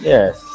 Yes